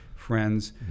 friends